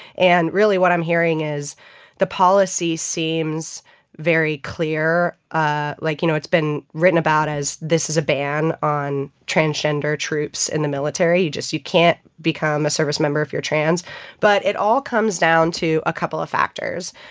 and really what i'm hearing is the policy seems very clear. ah like, you know, it's been written about as, this is a ban on transgender troops in the military. you just you can't become a service member if you're trans but it all comes down to a couple of factors.